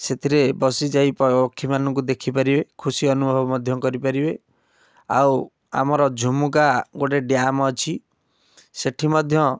ସେଥିରେ ବସି ଯାଇ ପକ୍ଷୀମାନଙ୍କୁ ଦେଖିପାରିବେ ଖୁସି ଅନୁଭବ ମଧ୍ୟ କରିପାରିବେ ଆଉ ଆମର ଝୁମୁକା ଗୋଟେ ଡ୍ୟାମ୍ ଅଛି ସେଠି ମଧ୍ୟ